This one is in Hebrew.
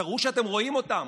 תראו שאתם רואים אותם.